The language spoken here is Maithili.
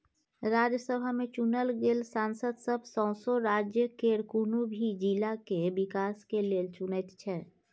राज्यसभा में चुनल गेल सांसद सब सौसें राज्य केर कुनु भी जिला के विकास के लेल चुनैत छै